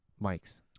mics